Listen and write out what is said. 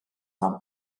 from